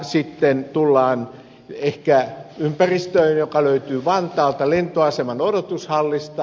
sitten tullaan ehkä ympäristöön joka löytyy vantaalta lentoaseman odotushallista